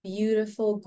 beautiful